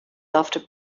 after